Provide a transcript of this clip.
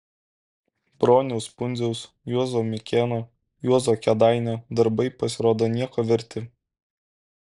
broniaus pundziaus juozo mikėno juozo kėdainio darbai pasirodo nieko verti